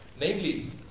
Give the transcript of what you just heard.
Namely